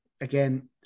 again